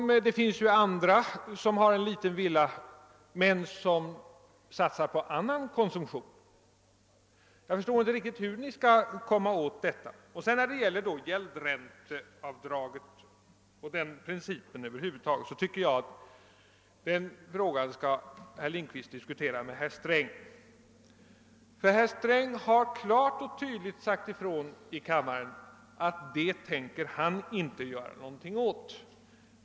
Det finns andra som har en liten villa men som satsar på annan konsumtion. Jag förstår inte riktigt hur ni skall komma åt detta. När det gäller gäldränteavdraget och principen därvidlag över huvud taget, så tycker jag att herr Lindkvist skall diskutera saken med herr Sträng. Herr Sträng har nämligen klart och tydligt sagt ifrån i kammaren att detta tänker han inte göra någonting åt.